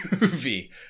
movie